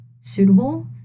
suitable